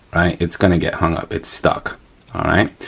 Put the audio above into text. it's gonna get hung up. it's stuck, all right.